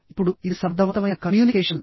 ఇప్పుడు ఇది సమర్థవంతమైన కమ్యూనికేషన్